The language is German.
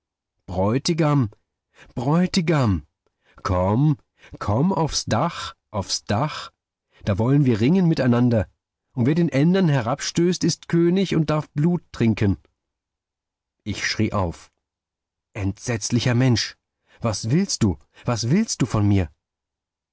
bräutigam bräutigam komm komm aufs dach aufs dach da wollen wir ringen miteinander und wer den ändern herabstößt ist könig und darf blut trinken ich schrie auf entsetzlicher mensch was willst du was willst du von mir